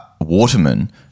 Waterman